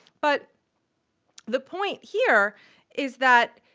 but the point here is that,